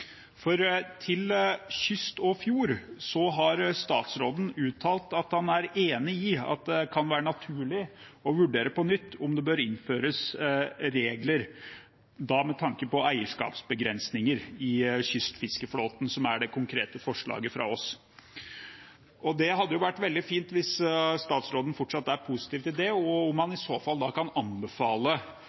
For til Kyst og Fjord har statsråden uttalt at han er enig i at det kan være naturlig å vurdere på nytt om det bør innføres regler, da med tanke på eierskapsbegrensninger i kystfiskeflåten, som er det konkrete forslaget fra oss. Det hadde vært veldig fint hvis statsråden fortsatt er positiv til det, og om han i så fall kan anbefale